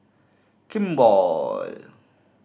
kimball